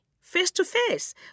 face-to-face